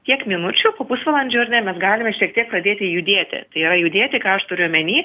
tiek minučių po pusvalandžio ar ne mes galime šiek tiek padėti judėti tai yra judėti ką aš turiu omeny